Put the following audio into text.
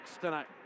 tonight